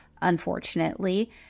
unfortunately